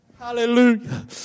Hallelujah